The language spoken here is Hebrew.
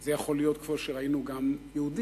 זה יכול להיות גם, כמו שראינו, יהודים,